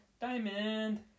Diamond